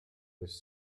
was